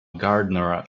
gardener